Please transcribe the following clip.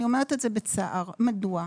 אני אומרת את זה בצער, מדוע?